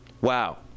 wow